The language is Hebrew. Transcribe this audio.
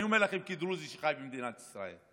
אני אומר לכם כדרוזי שחי במדינת ישראל,